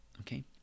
okay